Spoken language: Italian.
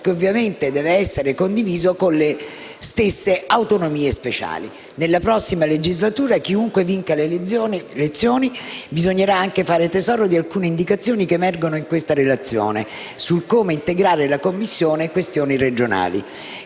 che ovviamente deve essere condiviso con le stesse autonomie speciali. Nella prossima legislatura, chiunque vinca le elezioni, bisognerà anche fare tesoro di alcune indicazioni che emergono in questa relazione sul come integrare la Commissione per le questioni regionali.